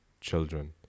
children